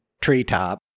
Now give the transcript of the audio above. treetop